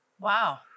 Wow